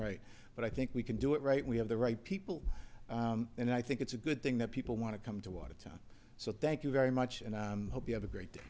right but i think we can do it right we have the right people and i think it's a good thing that people want to come to watertown so thank you very much and i hope you have a great